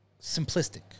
simplistic